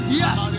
yes